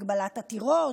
הגבלת עתירות,